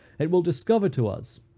it will discover to us,